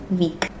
week